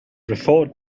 referred